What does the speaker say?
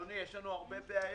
אדוני, יש לנו הרבה בעיות.